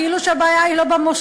כאילו הבעיה היא לא במושלים.